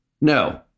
No